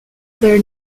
their